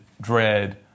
dread